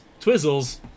twizzles